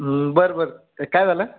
बरं बरं काय झालं